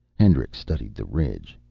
hendricks studied the ridge.